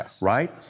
right